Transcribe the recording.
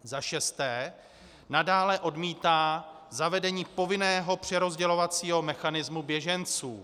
VI. nadále odmítá zavedení povinného přerozdělovacího mechanismu běženců,